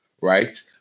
Right